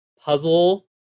puzzle